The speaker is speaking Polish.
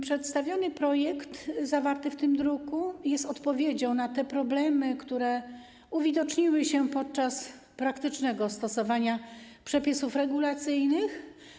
Przedstawiony projekt zawarty w tym druku jest odpowiedzią na te problemy, które uwidoczniły się podczas praktycznego stosowania przepisów regulacyjnych.